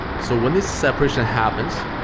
so when this separation happens,